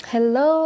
Hello